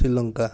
Sri Lanka